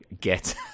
Get